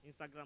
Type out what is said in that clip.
Instagram